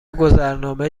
گذرنامه